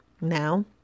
Now